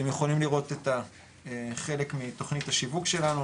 אתם יכולים לראות את החלק מתוכנית השיווק שלנו